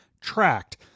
tracked